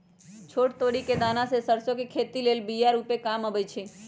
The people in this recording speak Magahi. छोट तोरि कें दना से सरसो के खेती लेल बिया रूपे काम अबइ छै